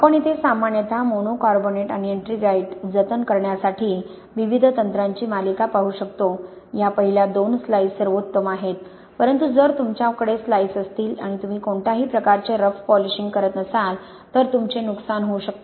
आपण येथे सामान्यतः मोनोकार्बोनेटआणि एट्रिंगाइट जतन करण्यासाठी विविध तंत्रांची मालिका पाहू शकतो या पहिल्या दोन स्लाइस सर्वोत्तम आहेत परंतु जर तुमच्याकडे स्लाइस असतील आणि तुम्ही कोणत्याही प्रकारचे रफ पॉलिशिंग करत नसाल तर तुमचे नुकसान होऊ शकते